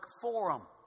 forum